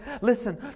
Listen